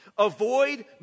Avoid